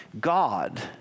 God